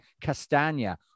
Castagna